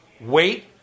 Wait